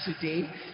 today